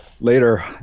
later